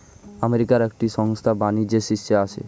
আমেরিকার একটি সংস্থা বাণিজ্যের শীর্ষে আছে